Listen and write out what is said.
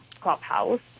Clubhouse